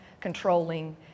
controlling